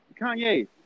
kanye